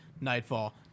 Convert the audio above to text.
nightfall